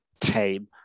tame